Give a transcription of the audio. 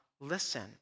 listen